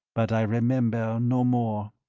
but i remember no more.